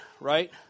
right